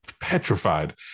petrified